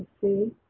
see